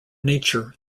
nature